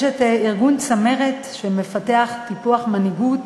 יש ארגון "צמרת", שמטפח מנהיגות